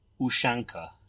Ushanka